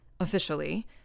officially